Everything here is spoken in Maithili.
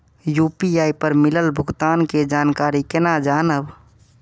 यू.पी.आई पर मिलल भुगतान के जानकारी केना जानब?